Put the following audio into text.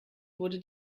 wurde